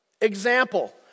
example